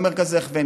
גם מרכזי הכוון,